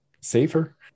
safer